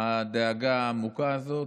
והדאגה העמוקה הזאת.